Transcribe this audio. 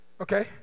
okay